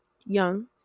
young